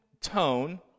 tone